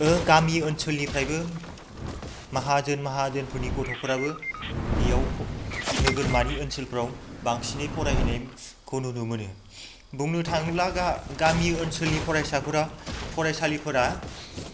गामि ओनसोलनिफ्रायबो माहाजोन माहाजोनफोरनि गथ'फोराबो बेयाव नोगोरमानि ओनसोलफ्राव बांसिनै फरायहैनायखौ नुनो मोनो बुंनो थाङोब्ला गामि ओनसोलनि फरायसाफोरा फरायसालिफोरा